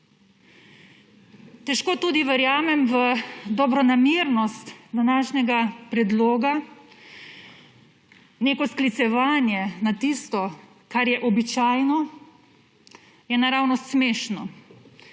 Težko tudi verjamem v dobronamernost današnjega predloga. Neko sklicevanje na tisto, kar je običajno, je naravnost smešno.